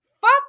Fuck